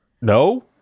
No